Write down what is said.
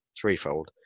threefold